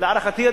להערכתי,